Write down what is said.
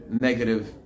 negative